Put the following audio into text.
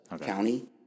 County